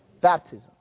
Baptism